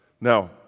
Now